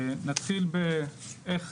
נתחיל באיך